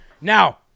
Now